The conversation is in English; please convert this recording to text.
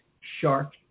shark